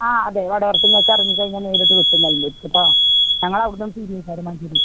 ആ അതെ വടവർത്ത് നിങ്ങക്കെറങ്ങി കഴിഞ്ഞാൽ നേരിട്ട് ബസ്സുണ്ടാവില്ലെ ര്ക് കേട്ടോ ഞങ്ങളവിടുന്നും തിരിയും സര് മഞ്ചേരിക്ക്